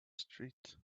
street